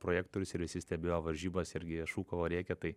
projektorius ir visi stebėjo varžybas irgi šūkavo rėkė tai